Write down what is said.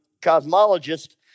cosmologists